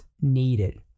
needed